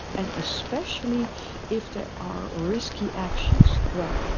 and especially if there are risky actions. well,